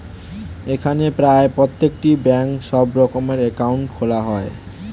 এখন প্রায় প্রত্যেকটি ব্যাঙ্কে সব রকমের অ্যাকাউন্ট খোলা যায়